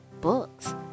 books